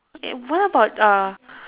okay what about uh